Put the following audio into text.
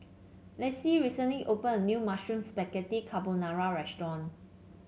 Lissie recently opened a new Mushroom Spaghetti Carbonara Restaurant